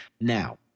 Now